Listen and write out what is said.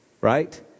right